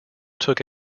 took